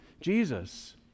Jesus